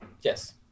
Yes